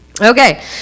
Okay